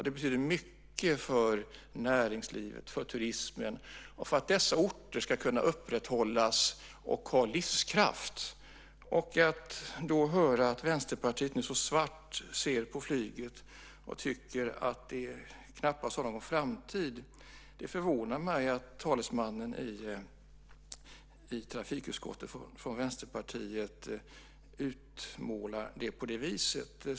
Det betyder mycket för näringslivet, för turismen och för att dessa orter ska kunna upprätthållas och ha livskraft. Det förvånar mig att höra talesmannen i trafikutskottet från Vänsterpartiet utmåla flyget så svart och tycka att det knappast har någon framtid.